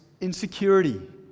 insecurity